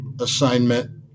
assignment